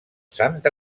sant